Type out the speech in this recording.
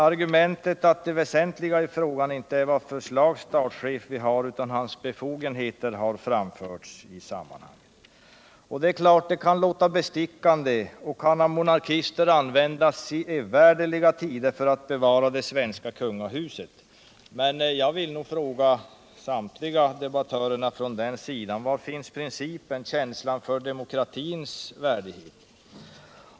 Argumentet har framförts att det väsentliga i frågan inte är vad för slags statschef vi har utan hans befogenheter. Det kan låta bestickande, och det kan användas av monarkister i evärdliga tider för att bevara det svenska kungahuset. Men jag vill nog fråga samtliga debattörer från den sidan: Var finns principen — känslan för demokratins värde?